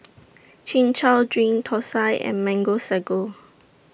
Chin Chow Drink Thosai and Mango Sago